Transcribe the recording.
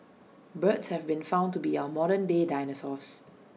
birds have been found to be our modern day dinosaurs